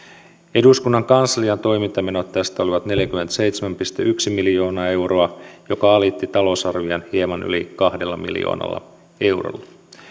eduskunnan kanslian toimintamenot tästä olivat neljäkymmentäseitsemän pilkku yksi miljoonaa euroa joka alitti talousarvion hieman yli kahdella miljoonalla eurolla